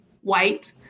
white